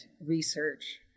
research